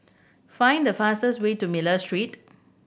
find the fastest way to Miller Street